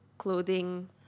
clothing